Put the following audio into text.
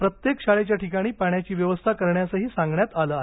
प्रत्येक शाळेच्या ठिकाणी पाण्याची व्यवस्था करण्यासही सांगण्यात आलं आहे